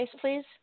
please